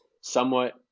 somewhat